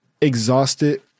exhausted